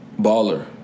baller